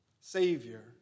Savior